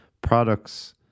products